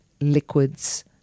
liquids